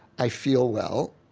i feel, well,